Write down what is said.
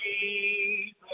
Jesus